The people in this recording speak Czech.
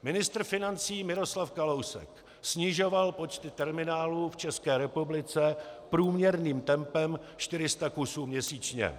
Ministr financí Miroslav Kalousek snižoval počty terminálů v České republice průměrným tempem 400 kusů měsíčně.